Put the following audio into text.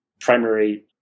primary